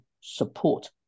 support